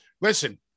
Listen